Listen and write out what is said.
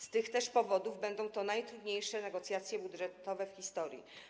Z tych też powodów będą to najtrudniejsze negocjacje budżetowe w historii.